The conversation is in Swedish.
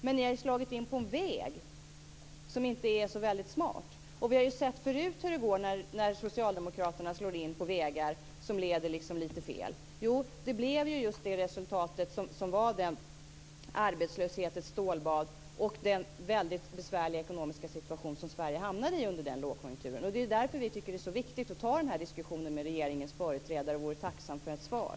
Men ni har ju slagit in på en väg som inte är så smart. Vi har sett förut hur det går när Socialdemokraterna slår in på vägar som leder fel. Det blev just det resultatet, med arbetslöshetens stålbad och den väldigt besvärliga ekonomiska situation som Sverige hamnade i under den lågkonjunkturen. Det är därför som vi tycker att det är så viktigt att ta den här diskussionen med regeringens företrädare och som vi vore tacksamma för ett svar.